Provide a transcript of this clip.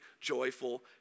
joyful